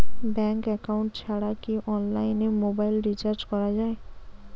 Bank account ছাড়া কি অনলাইনে মোবাইল রিচার্জ করা যায়?